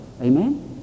Amen